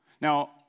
Now